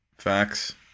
Facts